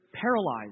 paralyzed